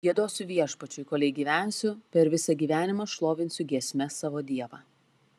giedosiu viešpačiui kolei gyvensiu per visą gyvenimą šlovinsiu giesme savo dievą